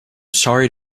sorry